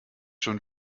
schon